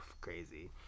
crazy